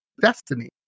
destiny